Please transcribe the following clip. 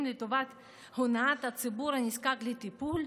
לטובת הונאת הציבור הנזקק לטיפול,